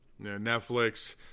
Netflix